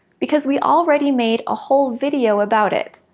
because we already made a whole video about it!